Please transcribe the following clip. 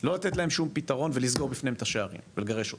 לא לתת להם שום פתרון ולסגור בפניהם את השערים ולגרש אותם.